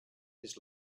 his